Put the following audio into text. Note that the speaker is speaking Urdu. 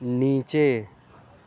نیچے